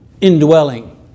indwelling